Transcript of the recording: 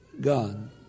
God